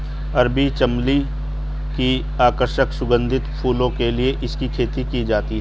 अरबी चमली की आकर्षक और सुगंधित फूलों के लिए इसकी खेती की जाती है